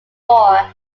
more